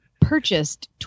purchased